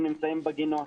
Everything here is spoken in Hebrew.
הם נמצאים בגינות,